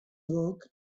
work